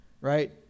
right